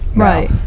right.